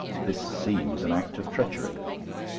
this seems an act of treachery.